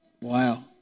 wow